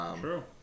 True